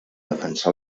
defensà